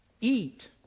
eat